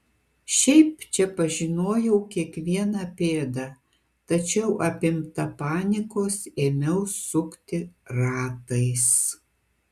šiaip čia pažinojau kiekvieną pėdą tačiau apimta panikos ėmiau sukti ratais